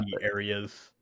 areas